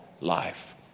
life